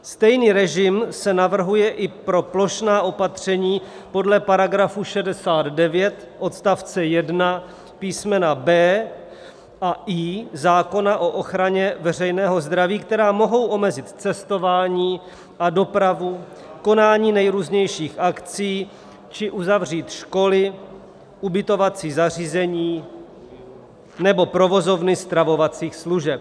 Stejný režim se navrhuje i pro plošná opatření podle § 69 odst. 1 písm. b) a i) zákona o ochraně veřejného zdraví, která mohou omezit cestování a dopravu, konání nejrůznějších akcí či uzavřít školy, ubytovací zařízení nebo provozovny stravovacích služeb.